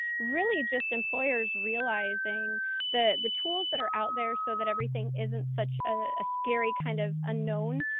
really just employers realizing that the tools that are out there so that everything isn't such a scary kind of unknown,